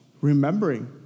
remembering